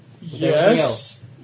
Yes